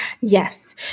Yes